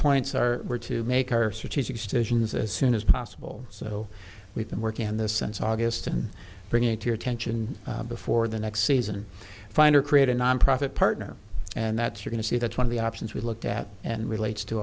points are there to make our strategic stations as soon as possible so we've been working on this since august and bringing it to your tension before the next season find or create a nonprofit partner and that's you're going to see that one of the options we looked at and relates to